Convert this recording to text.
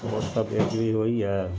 ओ सब रेडी होइए